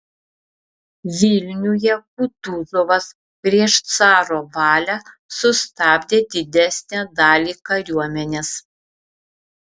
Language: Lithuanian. vilniuje kutuzovas prieš caro valią sustabdė didesnę dalį kariuomenės